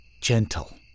Gentle